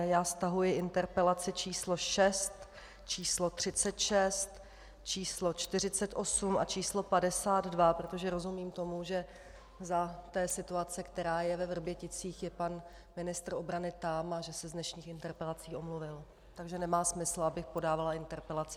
Já stahuji interpelaci číslo 6, číslo 36, číslo 48 a číslo 52, protože rozumím tomu, že za té situace, která je ve Vrběticích, je pan ministr obrany tam a že se z dnešních interpelací omluvil, takže nemá smysl, abych podávala interpelaci.